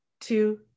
two